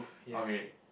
okay